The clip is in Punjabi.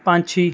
ਪੰਛੀ